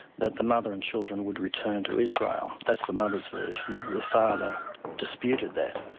that the mother and children would return to israel. that's the mother's version. the father disputed that.